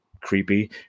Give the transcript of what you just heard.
creepy